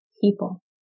people